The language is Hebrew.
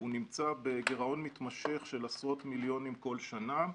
הוא נמצא בגירעון מתמשך של עשרות מיליונים כל השנה.